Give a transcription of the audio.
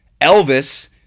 Elvis